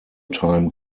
time